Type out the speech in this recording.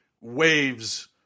waves